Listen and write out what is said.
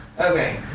Okay